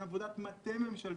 אין עבודת מטה ממשלתית,